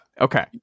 Okay